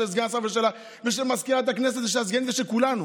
של סגן השר ושל מזכירת הכנסת ושל הסגנית ושל כולנו.